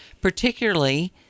particularly